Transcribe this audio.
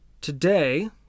today